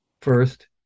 first